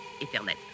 éternel